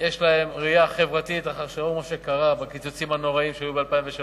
יש להם ראייה חברתית אחרי שראו מה שקרה בקיצוצים הנוראיים שהיו ב-2003.